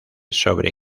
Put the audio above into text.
sobre